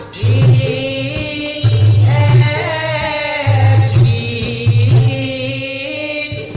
a e